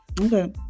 okay